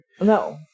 No